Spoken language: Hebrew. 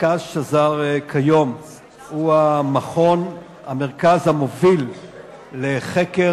כיום מרכז שזר הוא המרכז המוביל לחקר